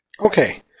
Okay